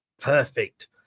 Perfect